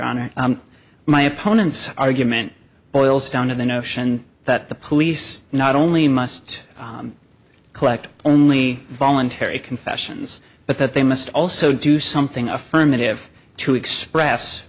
honor my opponent's argument boils down to the notion that the police not only must collect only voluntary confessions but that they must also do something affirmative to express